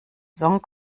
song